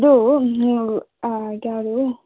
ಇದು ಯಾವುದು